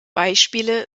beispiele